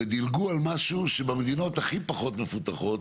ודילגו על משהו שבמדינות הכי פחות מפותחות